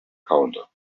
counter